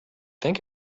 think